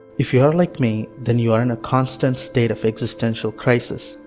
if you are like me, then you are in a constant state of existential crises,